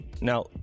now